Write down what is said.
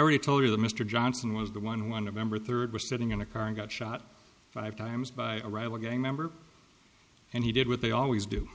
already told you that mr johnson was the one hundred member third was sitting in a car and got shot five times by a rival gang member and he did what they always do